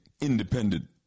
independent